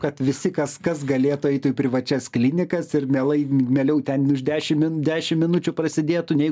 kad visi kas kas galėtų eitų į privačias klinikas ir mielai mieliau ten už dešim min dešim minučių prasidėtų nei